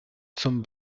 zum